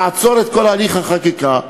נעצור את כל הליך החקיקה,